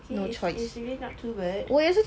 okay it is it is really not too bad